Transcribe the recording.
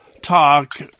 talk